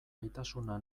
gaitasuna